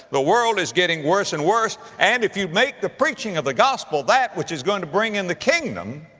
the world is getting worse and worse. and if you make the preaching of the gospel that which is going to bring in the kingdom,